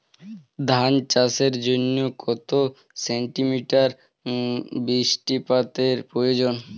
ধান চাষের জন্য কত সেন্টিমিটার বৃষ্টিপাতের প্রয়োজন?